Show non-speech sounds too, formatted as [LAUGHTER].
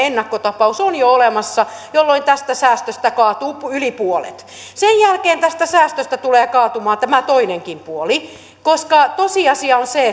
[UNINTELLIGIBLE] ennakkotapaus on jo olemassa jolloin tästä säästöstä kaatuu yli puolet sen jälkeen tästä säästöstä tulee kaatumaan tämä toinenkin puoli koska tosiasia on se [UNINTELLIGIBLE]